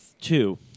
Two